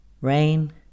rain